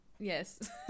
Yes